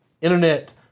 internet